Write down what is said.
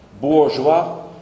bourgeois